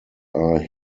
are